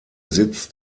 sitz